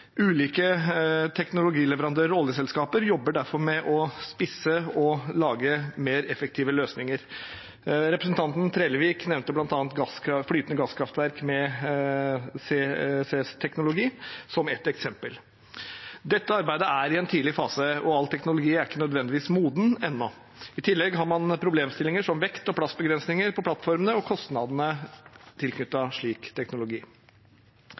Ulike teknologileverandører og oljeselskaper jobber derfor med å spisse dette og lage mer effektive løsninger. Representanten Trellevik nevnte bl.a. flytende gasskraftverk med CCS-teknologi, som ett eksempel. Dette arbeidet er i en tidlig fase, og all teknologi er ikke nødvendigvis moden ennå. I tillegg har man problemstillinger som vekt- og plassbegrensninger på plattformene, og kostnadene tilknyttet slik teknologi.